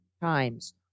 times